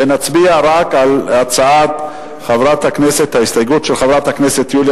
ונצביע רק על ההסתייגות של חברת הכנסת יוליה